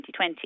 2020